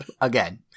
Again